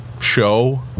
show